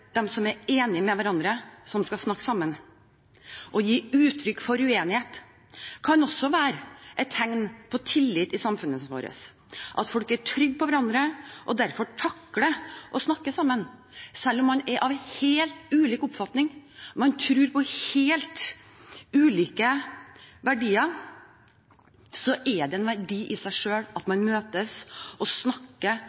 som er enige med hverandre, som skal snakke sammen. Å gi uttrykk for uenighet kan også være et tegn på tillit i samfunnet vårt, at folk er trygge på hverandre og derfor takler å snakke sammen. Selv om man er av helt ulik oppfatning og tror på helt ulike verdier, er det en verdi i seg selv at